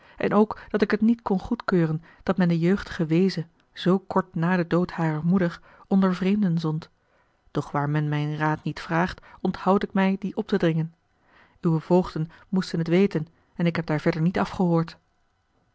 en ook dat ik het niet kon goedkeuren dat men de jeugdige weeze zoo kort na den dood harer moeder onder vreemden zond doch waar men mijn raad niet vraagt onthoud ik mij dien op te dringen uwe voogden moesten het weten en ik heb daar verder niet af gehoord